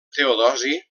teodosi